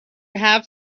have